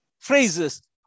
phrases